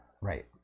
Right